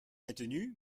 maintenu